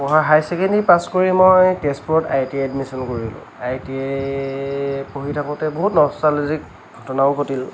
পঢ়া higher secondary pass কৰি মই তেজপুৰত আই টি আই এডমিছন কৰিলোঁ আই টি আই পঢ়ি থাকোঁতে বহুত নষ্টালজিক ঘটনাও ঘটিল